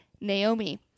Naomi